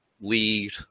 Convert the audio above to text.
lead